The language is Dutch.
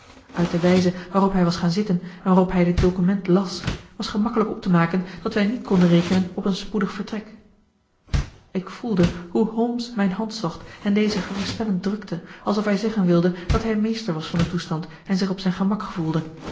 uit de wijze waarop hij was gaan zitten en waarop hij dit document las was gemakkelijk op te maken dat wij niet konden rekenen op een spoedig vertrek ik voelde hoe holmes mijn hand zocht en deze geruststellend drukte alsof hij zeggen wilde dat hij meester was van den toestand en zich op zijn gemak gevoelde